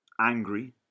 angry